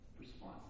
response